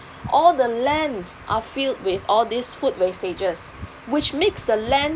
all the lands are filled with all these food wastages which makes the land